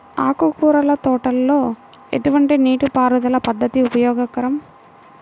ఆకుకూరల తోటలలో ఎటువంటి నీటిపారుదల పద్దతి ఉపయోగకరం?